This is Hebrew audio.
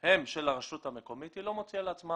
הם של הרשות המקומית היא לא מוציאה לעצמה